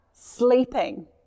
Sleeping